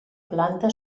planta